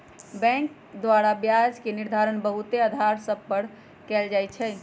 bank द्वारा ब्याज के निर्धारण बहुते अधार सभ पर कएल जाइ छइ